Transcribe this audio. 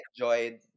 enjoyed